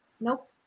Nope